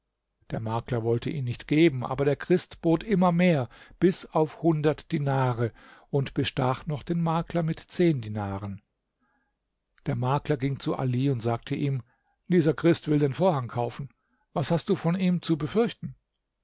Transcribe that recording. der makler wollte ihn nicht geben aber der christ bot immer mehr bis auf hundert dinare und bestach noch den makler mit zehn dinaren der makler ging zu ali und sagte ihm dieser christ will den vorhang kaufen was hast du von ihm zu befürchten